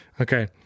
Okay